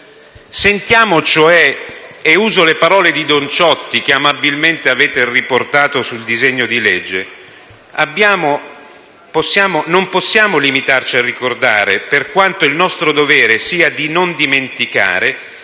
stiamo chiedendo? Uso le parole di don Ciotti, che amabilmente avete riportato nella prefazione al disegno di legge: «Non possiamo limitarci a ricordare, per quanto il nostro dovere sia di non dimenticare.